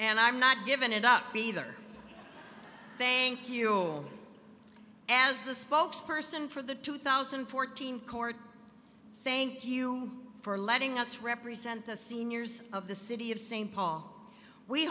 and i'm not giving it up either thank you as the spokes person for the two thousand and fourteen court thank you for letting us represent the seniors of the city of st paul we